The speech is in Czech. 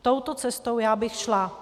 Touto cestou já bych šla.